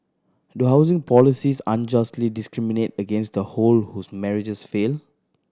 do housing policies unjustly discriminate against the who whose marriages failed